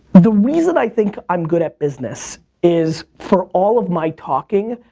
the reason i think i'm good at business is, for all of my talking,